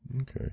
Okay